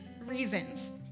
reasons